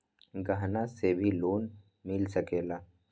गहना से भी लोने मिल सकेला?